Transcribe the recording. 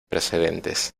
precedentes